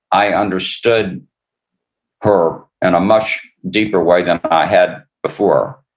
i understood her in a much deeper way than i had before.